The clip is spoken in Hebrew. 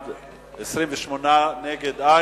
בעד, 28, נגד,